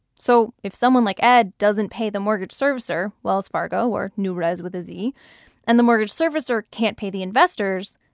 so if someone like ed doesn't pay the mortgage servicer wells fargo or newrez with a z and the mortgage servicer can't pay the investors,